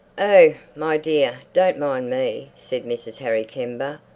oh, my dear don't mind me, said mrs. harry kember.